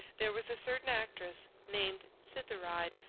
there was a certain actress, named cytheride,